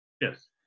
Yes